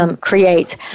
Creates